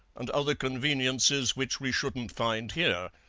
and other conveniences which we shouldn't find here.